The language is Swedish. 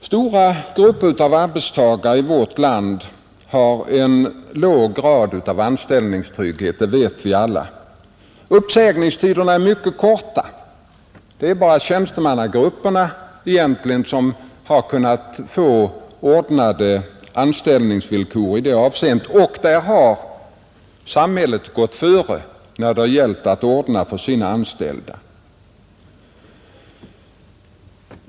Stora grupper av arbetstagare i vårt land har en låg grad av anställningstrygghet, det vet vi alla. Uppsägningstiderna är mycket korta. Det är egentligen bara tjänstemannagrupperna som har kunnat få ordnade anställningsvillkor i det avseendet — och däridlag har samhället gått före när det gäller att ordna för sina anställda.